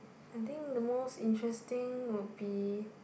I think the most interesting would be